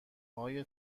های